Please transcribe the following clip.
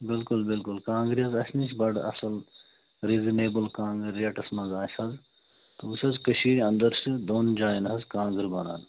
بلکُل بلکُل کانٛگرِ حظ اَسہِ نِش بَڑٕ اَصٕل ریٖزنیبل کانٛگرِ ریٹَس مَنٛز آسہِ حظ تہٕ وٕچھ حظ کٔشیٖرِ اندر چھِ دۄن جاین حظ کانٛگر بنان